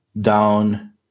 down